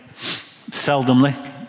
seldomly